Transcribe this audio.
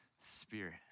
Spirit